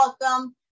welcome